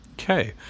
okay